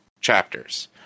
chapters